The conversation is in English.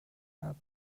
help